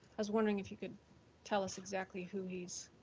i was wondering if you could tell us exactly who he's